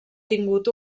tingut